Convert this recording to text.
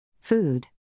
Food